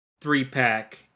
three-pack